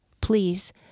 please